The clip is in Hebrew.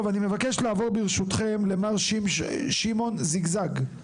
טוב, אני מבקש לעבור, ברשותכם, למר שמעון זיגזג.